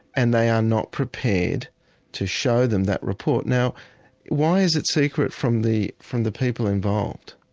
and they are not prepared to show them that report. now why is it secret from the from the people involved?